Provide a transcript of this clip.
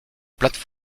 plates